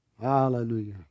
Hallelujah